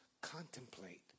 contemplate